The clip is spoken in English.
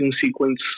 sequence